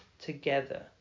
together